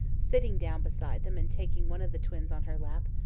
sitting down beside them and taking one of the twins on her lap,